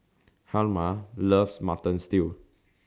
Hjalmar loves Mutton Stew